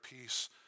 peace